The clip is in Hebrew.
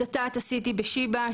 את תת ההתמחות עשיתי ב- ׳שיבא׳,